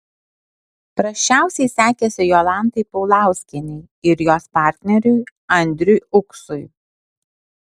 prasčiausiai sekėsi jolantai paulauskienei ir jos partneriui andriui uksui